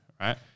right